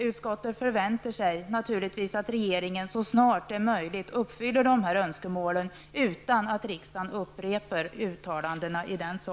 Utskottet förväntar sig naturligtvis att regeringen så snart det är möjligt uppfyller dessa önskemål utan att riksdagen upprepar uttalandena.